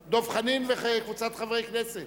של חבר הכנסת דב חנין וקבוצת חברי הכנסת.